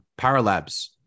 Paralabs